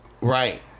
Right